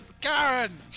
Karen